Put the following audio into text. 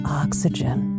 oxygen